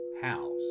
house